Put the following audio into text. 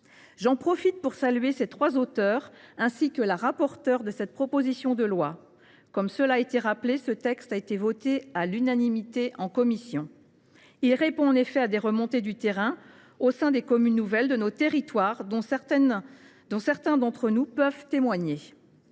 J’en profite pour saluer les trois auteurs de cette proposition de loi, ainsi que la rapporteure. Comme cela a été rappelé, ce texte a été voté à l’unanimité en commission. Il répond à des remontées du terrain au sein des communes nouvelles de nos territoires, dont certains d’entre nous peuvent témoigner.